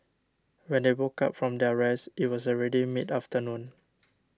when they woke up from their rest it was already mid afternoon